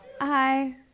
Hi